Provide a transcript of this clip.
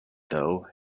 though